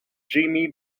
jamie